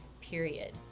period